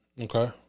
Okay